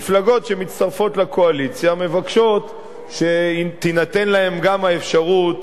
מפלגות שמצטרפות לקואליציה מבקשות שתינתן להן גם האפשרות